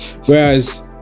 Whereas